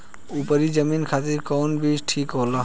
उपरी जमीन खातिर कौन बीज ठीक होला?